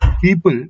people